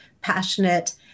passionate